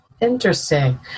Interesting